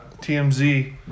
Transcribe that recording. TMZ